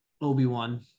Obi-Wan